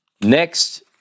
Next